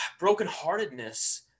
brokenheartedness